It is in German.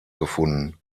gefunden